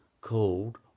called